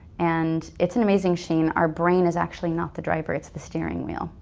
and it's an amazing machine, our brain is actually not the driver, it's the steering wheel.